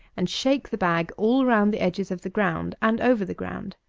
and shake the bag all round the edges of the ground and over the ground.